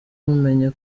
mumenye